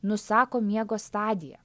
nusako miego stadiją